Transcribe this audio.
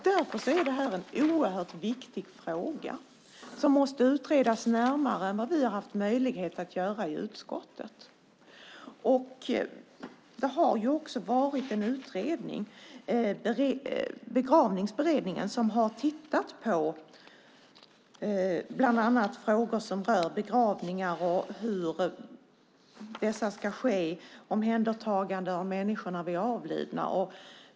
Därför är det här en oerhört viktig fråga som måste utredas närmare än vad vi har haft möjlighet att göra i utskottet. Det har gjorts en utredning. Begravningsberedningen har tittat bland annat på frågor som rör begravningar, hur dessa ska ske, och omhändertagandet av människor när de avlider.